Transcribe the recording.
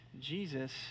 Jesus